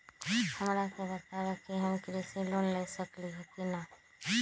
हमरा के बताव कि हम कृषि लोन ले सकेली की न?